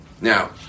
Now